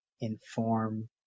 inform